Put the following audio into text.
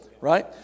right